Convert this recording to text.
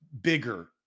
bigger